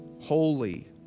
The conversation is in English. holy